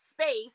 space